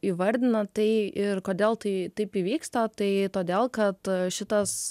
įvardina tai ir kodėl tai taip įvyksta tai todėl kad šitas